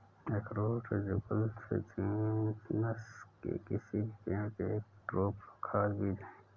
अखरोट Juglans genus के किसी भी पेड़ के एक ड्रूप का खाद्य बीज है